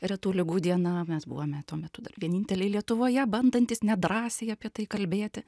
retų ligų diena mes buvome tuo metu dar vieninteliai lietuvoje bandantys nedrąsiai apie tai kalbėti